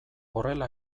horrela